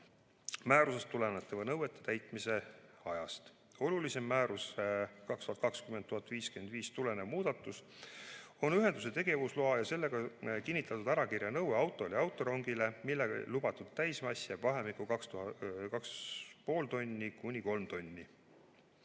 määrusest tulenevate nõuete täitmise ajast. Olulisim määrusest 2020/1055 tulenev muudatus on ühenduse tegevusloa ja selle kinnitatud ärakirja nõue autole ja autorongile, mille lubatud täismass jääb vahemikku 2,5–3 tonni,